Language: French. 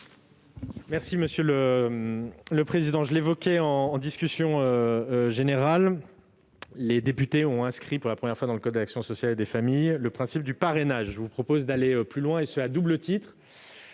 secrétaire d'État. Je l'ai évoqué dans la discussion générale, les députés ont inscrit pour la première fois dans le code de l'action sociale et des familles le principe du parrainage. Je vous suggère d'aller plus loin, et ce à double titre.